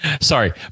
sorry